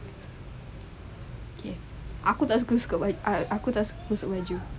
okay aku tak suka suka baju ah aku tak suka basuh baju